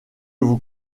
vous